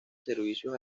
servicios